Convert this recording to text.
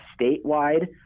statewide